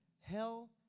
hell